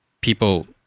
people –